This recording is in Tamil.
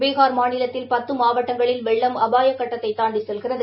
பீகார் மாநிலத்தில் பத்து மாவட்டங்களில் வெள்ளம் அபாயக் கட்டத்தாண்டி செல்கிறது